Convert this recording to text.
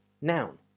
noun